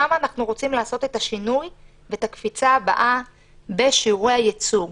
שם אנחנו רוצים לעשות את השינוי ואת הקפיצה הבאה בשיעורי הייצוג.